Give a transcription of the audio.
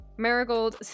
Marigold